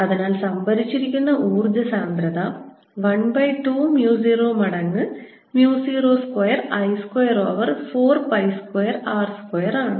അതിനാൽ സംഭരിച്ചിരിക്കുന്ന ഊർജ്ജ സാന്ദ്രത 1 by 2 mu 0 മടങ്ങ് mu 0 square I square over 4 pi square r square ആണ്